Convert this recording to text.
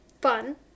fun